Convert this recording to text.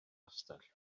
castell